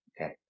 Okay